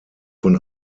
von